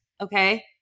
Okay